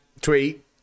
tweet